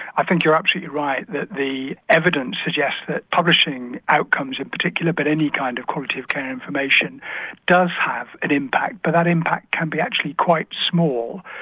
i think you're absolutely right that the evidence suggests that publishing outcomes in particular but any kind of quality of care information does have an impact but that impact can be actually quite small.